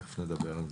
תכף נדבר על זה.